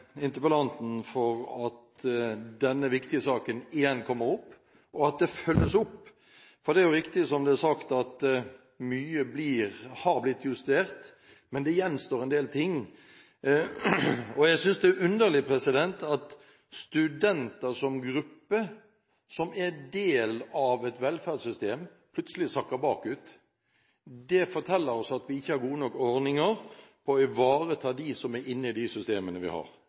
interpellanten for at denne viktige saken igjen kommer opp, og at det følges opp, for det er riktig som det er sagt, at mye har blitt justert, men det gjenstår en del ting. Jeg synes det er underlig at studenter som gruppe, som er del av et velferdssystem, plutselig sakker bakut. Det forteller oss at vi ikke har gode nok ordninger for å ivareta dem som er inne i de systemene vi har.